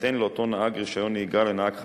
יינתן לאותו נהג רשיון נהיגה לנהג חדש.